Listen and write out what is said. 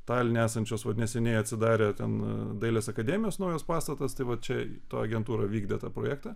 taline esančios vat neseniai atsidarė ten dailės akademijos naujas pastatas tai va čia ta agentūra vykdė tą projektą